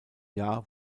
jahr